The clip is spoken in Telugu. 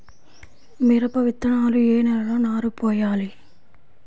మిరప విత్తనాలు ఏ నెలలో నారు పోయాలి?